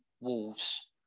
Wolves